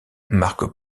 marque